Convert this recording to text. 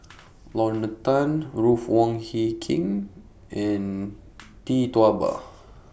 Lorna Tan Ruth Wong Hie King and Tee Tua Ba